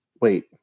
Wait